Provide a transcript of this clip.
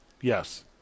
Yes